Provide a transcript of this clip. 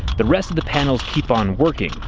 the rest of the panels keep on working,